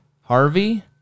Harvey